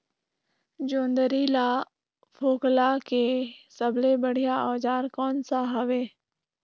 जोंदरी ला फोकला के सबले बढ़िया औजार कोन सा हवे?